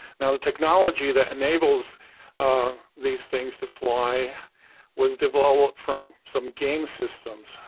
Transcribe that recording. now the technology that enables these things to fly was developed from some game systems.